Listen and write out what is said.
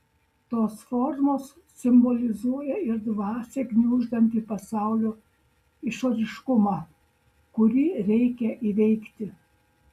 tos formos simbolizuoja ir dvasią gniuždantį pasaulio išoriškumą kurį reikia įveikti